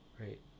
right